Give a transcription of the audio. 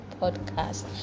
podcast